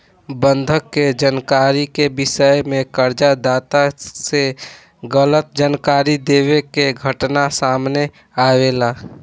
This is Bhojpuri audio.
बंधक के जानकारी के विषय में कर्ज दाता से गलत जानकारी देवे के घटना सामने आवेला